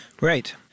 Right